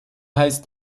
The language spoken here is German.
heißt